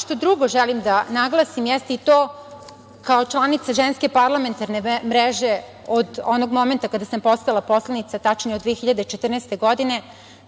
što drugo želim da naglasim jeste i to kao članica Ženske parlamentarne mreže, od onog momenta kada sam postala poslanica, tačnije od 2014. godine,